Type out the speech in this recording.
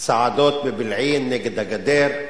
צעדות בבילעין נגד הגדר,